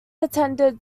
attended